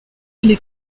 les